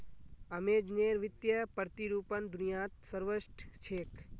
अमेज़नेर वित्तीय प्रतिरूपण दुनियात सर्वश्रेष्ठ छेक